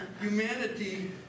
humanity